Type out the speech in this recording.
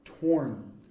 torn